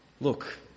look